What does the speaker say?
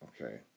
Okay